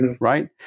Right